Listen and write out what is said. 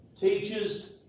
teaches